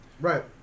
Right